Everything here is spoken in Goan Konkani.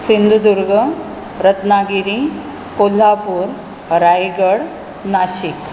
सिंधदुर्ग रत्नागिरी कोल्हापूर रायगड नाशीक